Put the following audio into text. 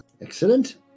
excellent